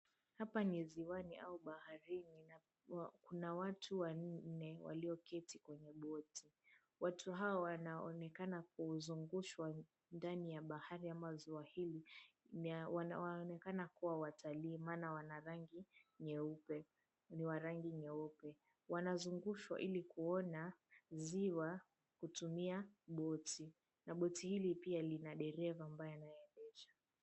Hapa ni ziwani au baharini. Kuna watu wanne walioketi kwenye boti. Watu hao wanaonekana kuzungushwa ndani ya bahari ama ziwa hili wanaonekana kuwa watalii maana wana rangi nyeupe. Wanazungushwa ili kuona ziwa kutumia boti na boti hili pia lina dereva ambaye anayeendesha.